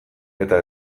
eta